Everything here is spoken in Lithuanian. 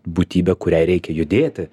būtybė kuriai reikia judėti